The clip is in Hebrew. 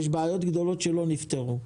יש בעיות גדולות שלא נפתרו.